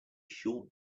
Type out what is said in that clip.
short